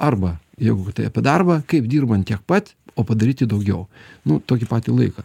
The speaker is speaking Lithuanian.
arba jeigu tai apie darbą kaip dirbant tiek pat o padaryti daugiau nu tokį patį laiką